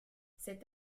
cet